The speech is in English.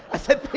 i said,